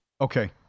Okay